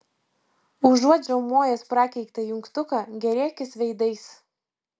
užuot žiaumojęs prakeiktą jungtuką gėrėkis veidais